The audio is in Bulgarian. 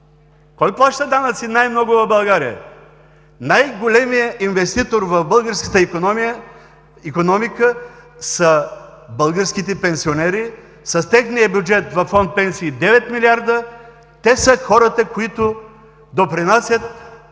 Кой плаща най-много данъци в България? Най-големият инвеститор в българската икономика са българските пенсионери с техния бюджет във Фонд „Пенсии“ – 9 млрд. лв. Те са хората, които допринасят